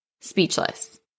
speechless